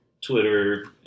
Twitter